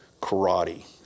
karate